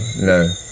No